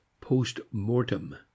post-mortem